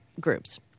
groups